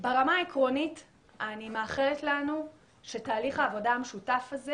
ברמה העקרונית אני מאחלת לנו שתהליך העבודה המשותף הזה